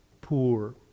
poor